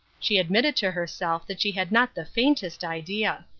she admitted to herself that she had not the faintest idea.